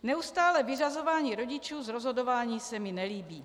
Neustálé vyřazování rodičů z rozhodování se mi nelíbí.